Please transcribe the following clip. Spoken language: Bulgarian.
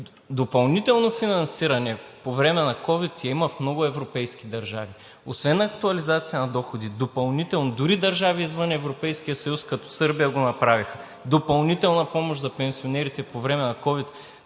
допълнително финансиране по време на ковид я има в много европейски държави, освен актуализация на доходи допълнително. Дори държави извън Европейския съюз, като Сърбия, го направиха – допълнителна помощ за пенсионерите по време на